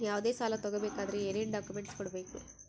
ಯಾವುದೇ ಸಾಲ ತಗೊ ಬೇಕಾದ್ರೆ ಏನೇನ್ ಡಾಕ್ಯೂಮೆಂಟ್ಸ್ ಕೊಡಬೇಕು?